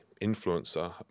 influencer